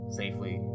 safely